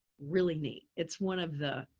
really neat. it's one of the,